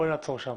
בואי נעצור שם.